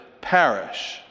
perish